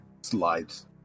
slides